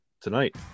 tonight